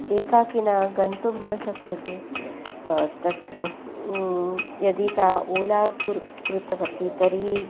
एकाकी न गन्तुं न शक्यते तत्र यदि सा ओला कुर् कृतवती तर्हि